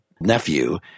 nephew